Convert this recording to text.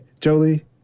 Jolie